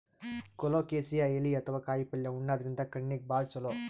colocasia ಎಲಿ ಅಥವಾ ಕಾಯಿಪಲ್ಯ ಉಣಾದ್ರಿನ್ದ ಕಣ್ಣಿಗ್ ಭಾಳ್ ಛಲೋ